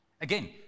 Again